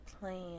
plan